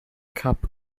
cup